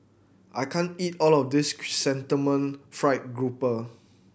I can't eat all of this Chrysanthemum Fried Grouper